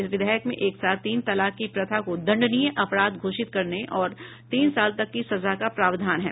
इस विधेयक में एक साथ तीन तलाक की प्रथा को दंडनीय अपराध घोषित करने और तीन साल तक की सजा का प्रावधान है